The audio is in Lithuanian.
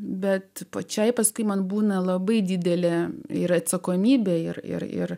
bet pačiai paskui man būna labai didelė ir atsakomybė ir ir ir